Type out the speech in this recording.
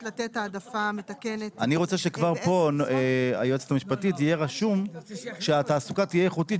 לתת העדפה מתקנת --- אני רוצה שכבר פה יהיה רשום שהתעסוקה תהיה איכותית.